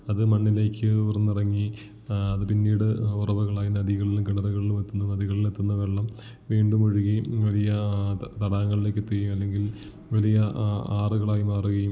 അത് മണ്ണിലേക്ക് ഊർന്നിറങ്ങി അത് പിന്നീട് ഉറവകളായി നദികളിലും കിണറുകളിലും എത്തുന്ന നദികളിലെത്തുന്ന വെള്ളം വീണ്ടുമൊഴുകി വലിയ തടാകങ്ങളിലേക്കെത്തുകയും അല്ലെങ്കിൽ വലിയ ആറുകളായി മാറുകയും